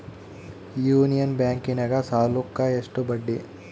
Union ಬ್ಯಾಂಕಿನಾಗ ಸಾಲುಕ್ಕ ಎಷ್ಟು ಬಡ್ಡಿ?